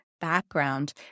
background